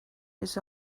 his